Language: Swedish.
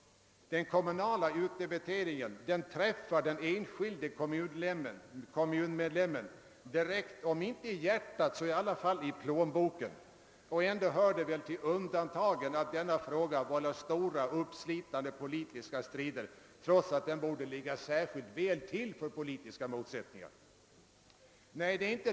Den kommunala utdebiteringen träffar den enskilde kommunmedlemmen direkt, om inte i hjärtat, så i alla fall i plånboken. Ändå hör det väl till undantagen att denna fråga vållar stora uppslitande strider, trots att den borde ligga särskilt väl till för politiska motsättningar.